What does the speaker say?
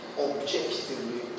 objectively